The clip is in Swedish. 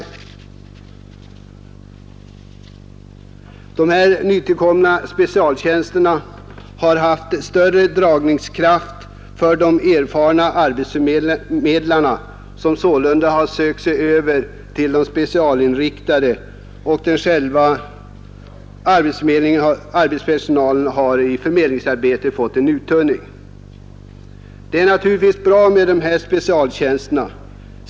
De nytillkomna specialtjänsterna har utövat stor dragningskraft på de erfarna arbetsförmedlarna, som således har sökt sig över till de specialinriktade tjänsterna, med påföljd att arbetsförmedlingspersonalen har uttunnats i själva förmedlingsarbetet. Det är naturligtvis utmärkt att sådana specialtjänster finns.